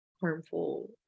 harmful